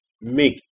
make